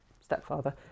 stepfather